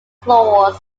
claws